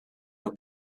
nhw